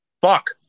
Fuck